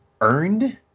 earned